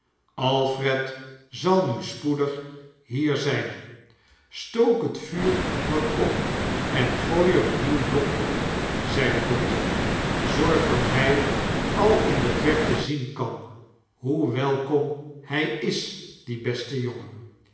alfred zal nu spoedig hier zijn stook het vuur wat op en gooi er een nieuw blok op zei de doctor zorg dat hij al in de verte zien kan hoe welkom hij is die best jongen